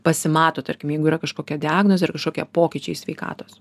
pasimato tarkim jeigu yra kažkokia diagnozė ir kažkokie pokyčiai sveikatos